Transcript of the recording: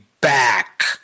back